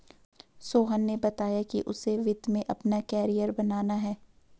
सोहन ने बताया कि उसे वित्त में अपना कैरियर बनाना है